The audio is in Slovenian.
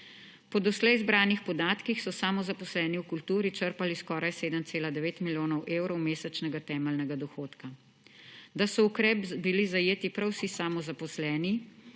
Po doslej izbranih podatkov so samozaposleni v kulturi črpali skoraj 7,9 milijonov evrov mesečnega temeljnega dohodka. Da so v ukrep bili zajeti prav vsi samozaposleni,